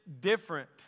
different